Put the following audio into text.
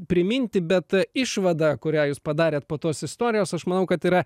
priminti bet išvada kurią jūs padarėt po tos istorijos aš manau kad yra